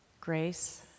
Grace